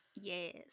Yes